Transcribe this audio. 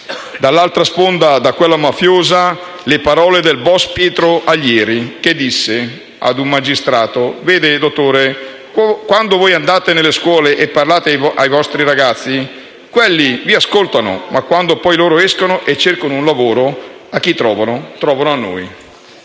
Dall'altra sponda, quella mafiosa, ci sono le parole del boss Pietro Aglieri, che disse sostanzialmente ad un magistrato: vede, dottore, quando voi andate nelle scuole e parlate ai vostri ragazzi, quelli vi ascoltano, ma quando escono e cercano un lavoro chi trovano? Trovano noi